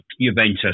Juventus